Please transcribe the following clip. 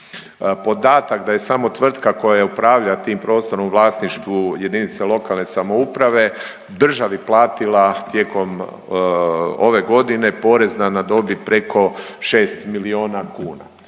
Podatak da je tamo tvrtka koja upravlja tim prostorom u vlasništvu jedinice lokalne samouprave, državi platila tijekom ove godine porez na dobit preko 6 milijuna kuna.